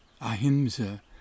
ahimsa